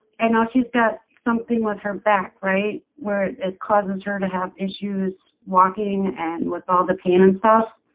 i know she's got something with her back right where it causes her to have issues walking and with all the pain and stuff